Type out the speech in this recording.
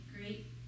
great